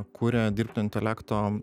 kuria dirbtinio intelekto